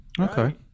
Okay